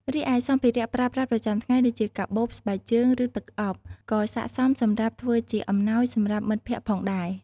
រីឯសម្ភារៈប្រើប្រាស់ប្រចាំថ្ងៃ ដូចជា កាបូប ស្បែកជើង ឬទឹកអប់ ក៏ស័ក្តិសមសម្រាប់ធ្វើជាអំណោយសម្រាប់មិត្តភក្ដិផងដែរ។